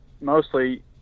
mostly